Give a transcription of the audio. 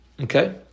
Okay